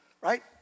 right